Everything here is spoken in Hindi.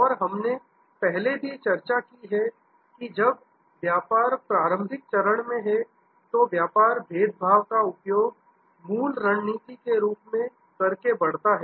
और हमने पहले भी चर्चा की है कि जब व्यापार प्रारंभिक चरण में है तो व्यापार भेदभाव का उपयोग मूल रणनीति के रूप में करके बढ़ता है